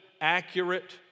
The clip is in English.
accurate